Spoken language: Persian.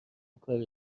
کاری